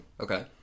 Okay